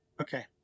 Okay